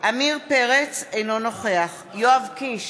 אינו נוכח עמיר פרץ, אינו נוכח יואב קיש,